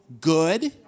good